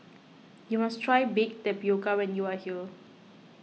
you must try Baked Tapioca when you are here